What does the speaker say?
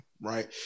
right